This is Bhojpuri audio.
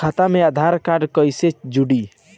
खाता मे आधार कार्ड कईसे जुड़ि?